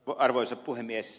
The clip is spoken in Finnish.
arvoisa puhemies